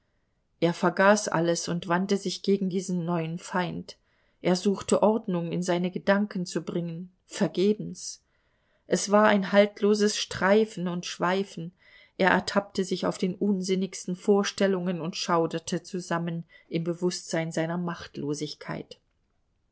er vergaß alles und wandte sich gegen diesen neuen feind er suchte ordnung in seine gedanken zu bringen vergebens es war ein haltloses streifen und schweifen er ertappte sich auf den unsinnigsten vorstellungen und schauderte zusammen im bewußtsein seiner machtlosigkeit